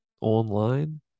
online